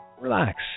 Relax